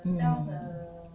mm